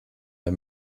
der